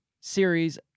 series